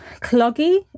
cloggy